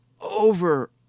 over